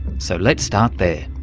so let's start there.